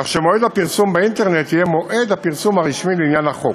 כך שמועד הפרסום באינטרנט יהיה מועד הפרסום הרשמי לעניין החוק.